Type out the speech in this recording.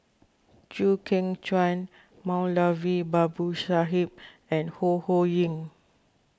Chew Kheng Chuan Moulavi Babu Sahib and Ho Ho Ying